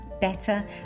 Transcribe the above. better